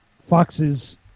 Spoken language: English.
foxes